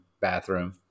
bathroom